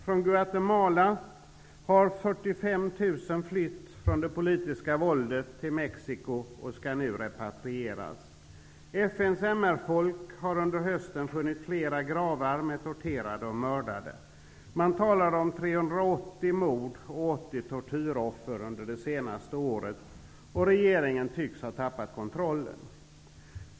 Från Guatemala har 45 000 flytt från det politiska våldet till Mexico och skall nu repatrieras. FN:s MR-folk har under hösten funnit flera gravar med torterade och mördade. Man talar om 380 mord och 80 tortyroffer under det senaste året. Regeringen tycks ha tappat kontrollen.